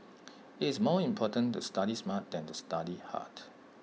IT is more important to study smart than to study hard